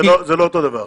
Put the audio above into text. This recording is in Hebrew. זה לא אותו דבר.